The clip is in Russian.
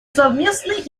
совместной